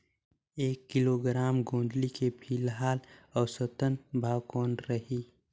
एक किलोग्राम गोंदली के फिलहाल औसतन भाव कौन रही?